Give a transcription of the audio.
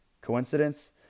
Coincidence